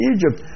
Egypt